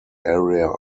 area